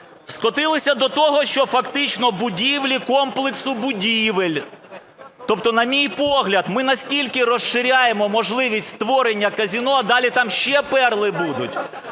скотилися до того, що фактично "будівлі"– "комплексу будівель". Тобто, на мій погляд, ми настільки розширяємо можливість створення казино… А далі там ще перли будуть,